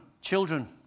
children